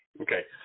Okay